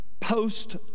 post